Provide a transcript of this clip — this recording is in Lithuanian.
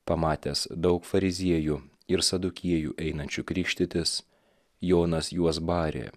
pamatęs daug fariziejų ir sadukiejų einančių krikštytis jonas juos barė